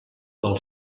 del